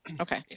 Okay